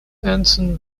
anson